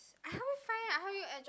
I haven't find I help you air drop